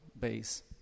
base